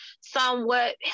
somewhat